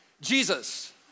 Jesus